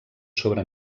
sobre